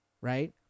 right